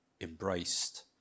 embraced